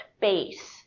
base